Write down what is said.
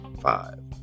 five